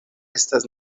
estas